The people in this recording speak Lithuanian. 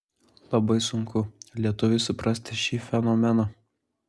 labai sunku lietuviui suprasti šį fenomeną